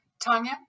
Tanya